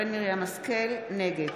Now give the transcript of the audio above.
נגד